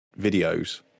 videos